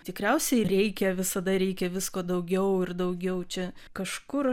tikriausiai reikia visada reikia visko daugiau ir daugiau čia kažkur